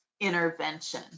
intervention